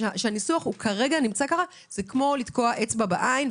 שהניסוח שאתם מבקשים הוא כמו לתקוע אצבע בעין,